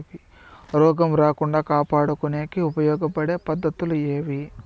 రోగం రాకుండా కాపాడుకునేకి ఉపయోగపడే పద్ధతులు ఏవి?